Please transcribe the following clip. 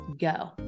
go